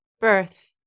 birth